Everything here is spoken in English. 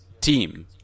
team